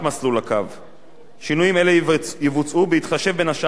שינויים אלו יבוצעו בהתחשב בין השאר בבקשות לשינויים